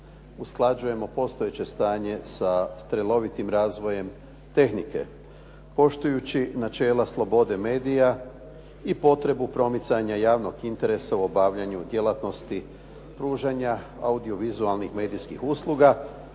usklađujemo postojeće stanje sa strelovitim razvojem tehnike poštujući načela slobode medija i potrebu promicanja javnog interesa u obavljanju djelatnosti pružanja audio-vizualnih medijskih usluga,